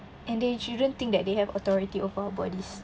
and they shouldn't think that they have authority over our bodies